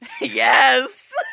Yes